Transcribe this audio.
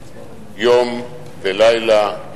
יום ולילה,